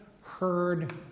heard